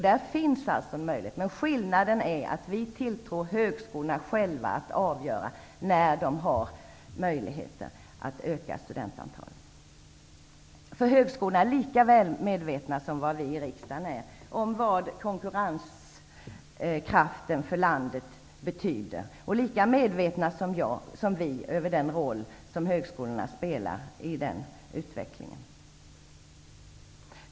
Det finns alltså möjligheter. Men skillnaden är att vi tilltror högskolorna själva att kunna avgöra när de har möjligheter att öka antalet studenter. Högskolorna är nämligen lika medvetna som vi i riksdagen om vad konkurrenskraften för landet betyder och vilken roll som högskolorna spelar i denna utveckling.